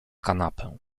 kanapę